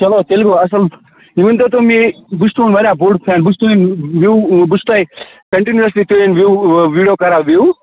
چلو تیٚلہِ گَو اصٕل یہِ ؤنۍتو تُہۍ مےٚ بہٕ چھُس تُہنٛد واریاہ بوٚڈ فین بہٕ چھُس تُہٕندۍ وِیو بہٕ چھُس تۅہہِ کَنٹِنِوسلی تِہنٛدۍ ویڑیو کَران وِیو